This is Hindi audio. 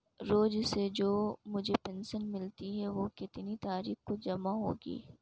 रोज़ से जो मुझे पेंशन मिलती है वह कितनी तारीख को जमा होगी?